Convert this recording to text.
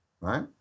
right